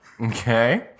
Okay